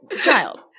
child